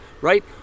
right